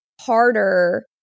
harder